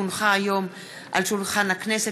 כי הונחה היום על שולחן הכנסת,